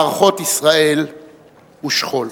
מערכות ישראל ושכול.